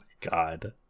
God